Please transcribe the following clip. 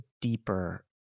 deeper